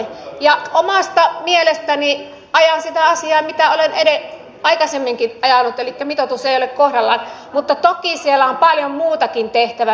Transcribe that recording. omasta mielestäni ajan sitä asiaa mitä olen aikaisemminkin ajanut elikkä mitoitus ei ole kohdallaan mutta toki siellä on paljon muutakin tehtävää